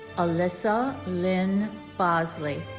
alissa lynn bosley